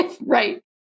Right